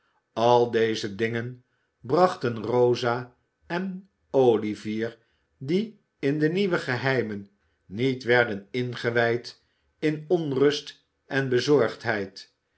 al deze dingen brachten rosa en olivier die in de nieuwe geheimen niet werden ingewijd in onrust en bezorgdheid